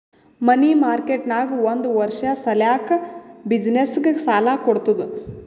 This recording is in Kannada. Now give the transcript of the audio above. ಮನಿ ಮಾರ್ಕೆಟ್ ನಾಗ್ ಒಂದ್ ವರ್ಷ ಸಲ್ಯಾಕ್ ಬಿಸಿನ್ನೆಸ್ಗ ಸಾಲಾ ಕೊಡ್ತುದ್